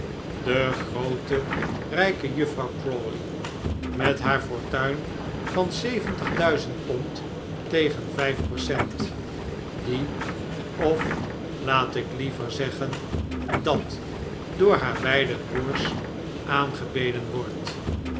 de groote rijke juffrouw crawley met haar fortuin van zeventig duizend pond tegen vijf percent die of laat ik liever zeggen dat door haar beide broers aangebeden wordt